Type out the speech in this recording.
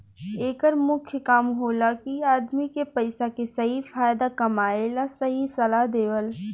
एकर मुख्य काम होला कि आदमी के पइसा के सही फायदा कमाए ला सही सलाह देवल